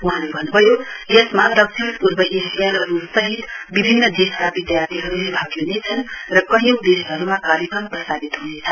वहाँले भन्नुभयो यसमा दक्षिण पूर्व एशिया र रुस सहित विभिन्न देशका विधार्थीहरुले भाग लिनेछन र कैयौं देशहरुमा कार्यक्रम प्रसारित हुनेछ